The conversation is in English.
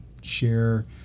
share